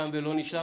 תם ולא נשלם.